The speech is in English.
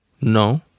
No